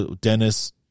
Dennis